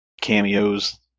cameos